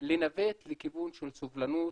לנווט לכיוון של סובלנות,